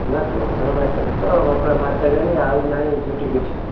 ନା କେଉଁଝର ମାର୍କେଟ୍ ତ ଘଟଗାଁ ମାର୍କେଟ୍ ଯେ ଆଉ ନାହିଁ ସେଇଠି କିଛି